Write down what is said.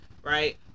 Right